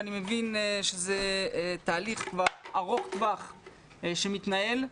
ואני מבין שזה תהליך ארוך טווח שמתנהל.